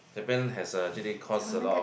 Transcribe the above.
Japan has actually cost a lot of